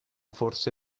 forse